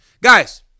Guys